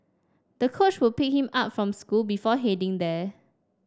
the coach would pick him up from school before heading there